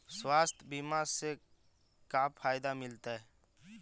स्वास्थ्य बीमा से का फायदा मिलतै?